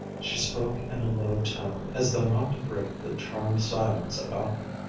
she spoke in a low tone as though not to break the charmed silence about them,